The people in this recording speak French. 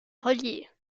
relier